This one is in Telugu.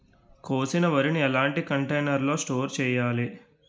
కోసిన వరిని ఎలాంటి కంటైనర్ లో స్టోర్ చెయ్యాలి?